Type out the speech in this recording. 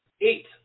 Eight